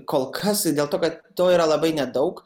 kol kas dėl to kad to yra labai nedaug